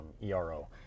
ero